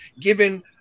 given